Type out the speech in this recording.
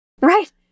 Right